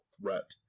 threat